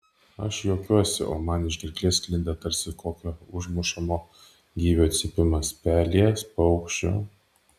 aš juokiuosi o man iš gerklės sklinda tarsi kokio užmušamo gyvio cypimas pelės paukščio